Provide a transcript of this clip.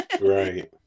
Right